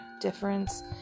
difference